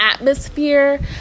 Atmosphere